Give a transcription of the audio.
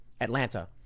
Atlanta